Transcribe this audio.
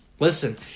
Listen